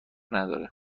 نداره